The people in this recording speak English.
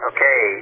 Okay